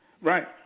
Right